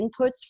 inputs